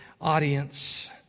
audience